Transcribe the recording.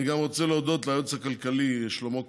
אני גם רוצה להודות ליועץ הכלכלי שלמה קרעי,